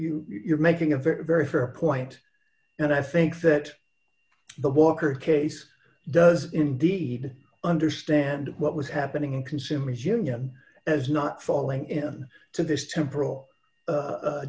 you you're making a very very fair point and i think that the walker case does indeed understand what was happening in consumers union as not falling in to this